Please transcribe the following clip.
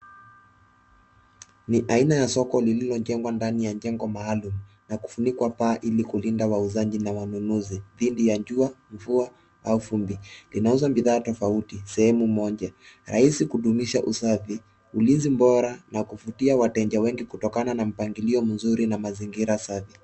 Ni aina ya soko lililo ndani ya jengo maalum na kufunikwa paa ilikulinda wauzaji na wanunuzi dhidi ya jua mvua au vumbi linauza bidhaa tofauti sehemu moja rahisi kudumisha usafi ulinzi bora na kuvutia wateja wengi kutokana na mapngilio mzuri na mazingira safi.